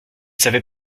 savais